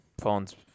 phones